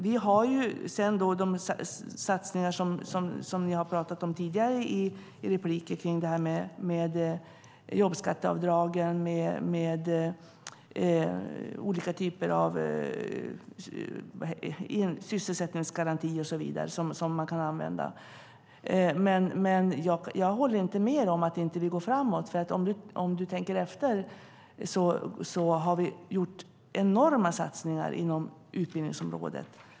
Vi har sedan de satsningar som har nämnts i tidigare repliker kring jobbskatteavdragen, olika typer av sysselsättningsgaranti och så vidare. Jag håller inte med om att vi inte går framåt, för vi har gjort enorma satsaningar på utbildningsområdet.